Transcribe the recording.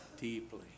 deeply